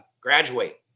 graduate